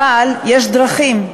אבל יש דרכים.